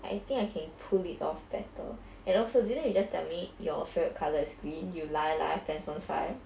I think I can pull it off better and also didn't you just tell me your favourite colour is green you liar liar pants on fire